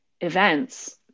events